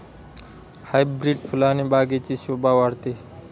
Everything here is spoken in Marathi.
हायब्रीड फुलाने बागेची शोभा वाढते